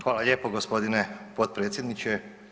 Hvala lijepo gospodine potpredsjedniče.